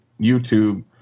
YouTube